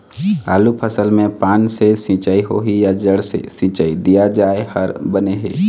आलू फसल मे पान से सिचाई होही या जड़ से सिचाई दिया जाय हर बने हे?